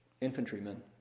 infantrymen